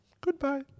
goodbye